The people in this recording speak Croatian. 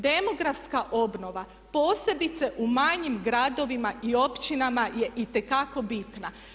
Demografska obnova posebice u manjim gradovima i općinama je itekako bitna.